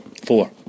Four